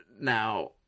now